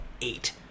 eight